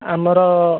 ଆମର